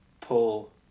pull